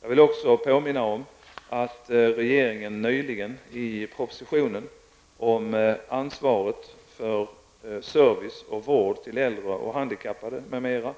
Jag vill också påminna om att regeringen nyligen, i propositionen om ansvaret för service och vård till äldre och handikappade m.m.